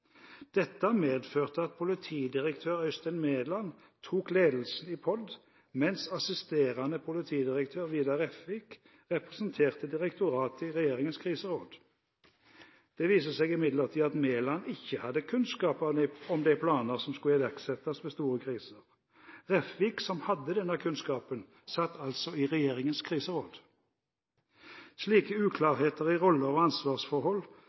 Dette medførte at politidirektør Øystein Mæland tok ledelsen i POD, mens assisterende politidirektør, Vidar Refvik, representerte direktoratet i regjeringens kriseråd. Det viste seg imidlertid at Mæland ikke hadde kunnskap om de planer som skulle iverksettes ved store kriser. Refvik, som hadde denne kunnskapen, satt altså i regjeringens kriseråd. Slike uklarheter i roller og ansvarsforhold